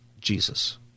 Jesus